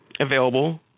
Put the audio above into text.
available